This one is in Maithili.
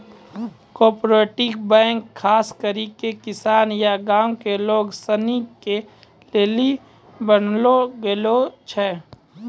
कोआपरेटिव बैंक खास करी के किसान या गांव के लोग सनी के लेली बनैलो गेलो छै